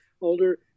older